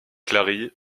clary